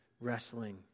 wrestling